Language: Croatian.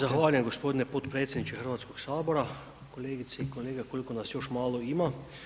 Zahvaljujem gospodine podpredsjedniče Hrvatskog sabora, kolegice i kolege koliko nas još malo ima.